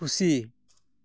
ᱠᱷᱩᱥᱤ